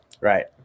Right